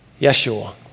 Yeshua